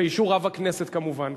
באישור רב הכנסת כמובן,